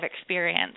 experience